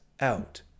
out